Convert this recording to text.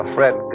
Fred